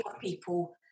people